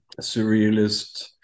surrealist